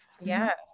yes